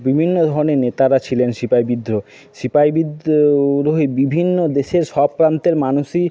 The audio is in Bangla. বিভিন্ন ধরনের নেতারা ছিলেন সিপাহি বিদ্রোহ সিপাই বিদ্রোহে বিভিন্ন দেশের সব প্রান্তের মানুষই